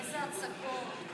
איזה הצגות.